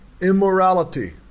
immorality